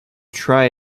try